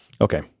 Okay